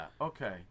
okay